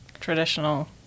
traditional